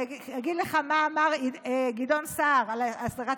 אני אגיד לך מה אמר גדעון סער על הסדרת